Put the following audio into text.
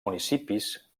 municipis